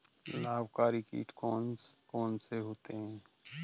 लाभकारी कीट कौन कौन से होते हैं?